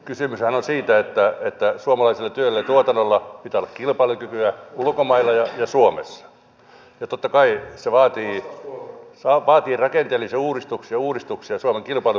kysymyshän on siitä että suomalaisella työllä ja tuotannolla pitää olla kilpailukykyä ulkomailla ja suomessa ja totta kai se vaatii rakenteellisia uudistuksia ja uudistuksia suomen kilpailukyvyn hyväksi